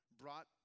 brought